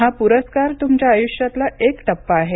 हा पुरस्कार तुमच्या आयुष्यातला एक टप्पा आहे